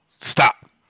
stop